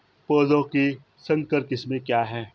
पौधों की संकर किस्में क्या हैं?